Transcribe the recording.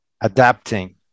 adapting